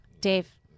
Dave